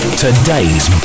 Today's